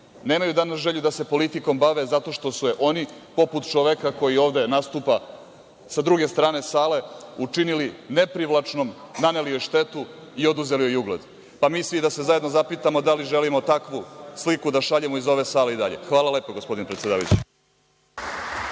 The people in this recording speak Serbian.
nemaju danas želju da se politikom bave zato što su je oni, poput čoveka koji ovde nastupa sa druge strane sale, učinili neprivlačnom, naneli joj štetu i oduzeli joj ugled, pa mi svi da se zajedno zapitamo - da li želimo takvu sliku da šaljemo iz ove sale i dalje? Hvala lepo, gospodine predsedavajući.